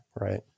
right